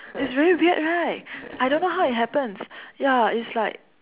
it's very weird right I don't know how it happens ya it's like